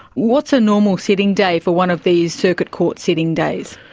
what's a normal sitting day for one of these circuit court sitting days?